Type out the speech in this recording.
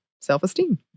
self-esteem